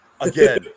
Again